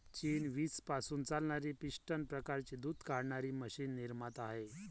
चीन वीज पासून चालणारी पिस्टन प्रकारची दूध काढणारी मशीन निर्माता आहे